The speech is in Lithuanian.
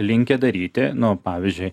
linkę daryti na pavyzdžiui